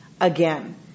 again